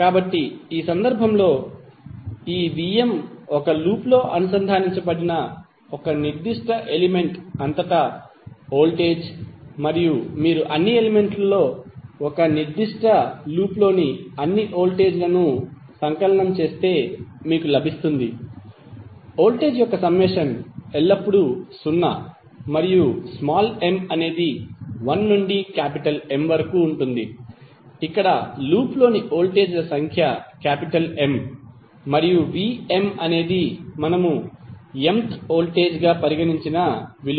కాబట్టి ఈ సందర్భంలో ఈ Vm ఒక లూప్లో అనుసంధానించబడిన ఒక నిర్దిష్ట ఎలిమెంట్ అంతటా వోల్టేజ్ మరియు మీరు అన్ని ఎలిమెంట్లలో ఒక నిర్దిష్ట లూప్లోని అన్ని వోల్టేజ్ లను సంకలనం చేస్తే మీకు లభిస్తుంది వోల్టేజ్ యొక్క సమ్మెషన్ ఎల్లప్పుడూ 0 మరియు m అనేది 1 నుండి M వరకు ఉంటుంది ఇక్కడ లూప్లోని వోల్టేజ్ ల సంఖ్య M మరియు Vm అనేది మనము mth వోల్టేజ్ గా పరిగణించిన విలువ